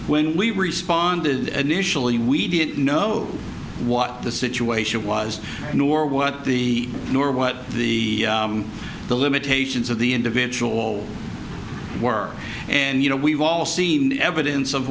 when we responded initially we didn't know what the situation was nor what the nor what the the limitations of the individual work and you know we've all seen evidence of